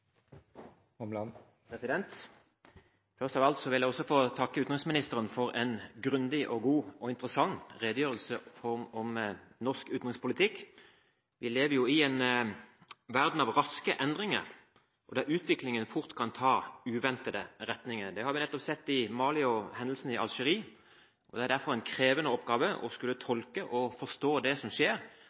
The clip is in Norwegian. Først av alt vil også jeg få takke utenriksministeren for en grundig, god og interessant redegjørelse om norsk utenrikspolitikk. Vi lever i en verden med raske endringer og der utviklingen fort kan ta uventede retninger. Det har vi nettopp sett i Mali og i Algerie, med hendelsen der. Det er derfor en krevende oppgave å skulle tolke og forstå det som skjer,